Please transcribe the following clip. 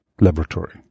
laboratory